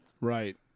Right